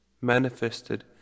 manifested